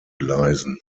gleisen